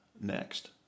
next